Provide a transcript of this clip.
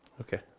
Okay